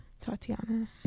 Tatiana